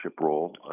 role